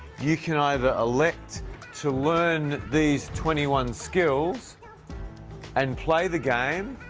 you can either elect to learn these twenty one skills and play the game